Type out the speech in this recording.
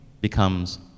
becomes